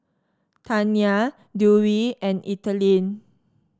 Taina Dewey and Ethelene